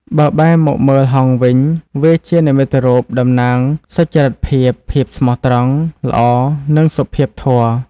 បើបែរមកមើលហង្សវិញ វាជានិមិត្តរូបតំណាងសុចរិតភាព, ភាពស្មោះត្រង់, ល្អ និងសុភាពធម៌។